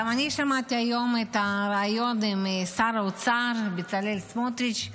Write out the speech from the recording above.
גם אני שמעתי היום את הריאיון עם שר האוצר בצלאל סמוטריץ',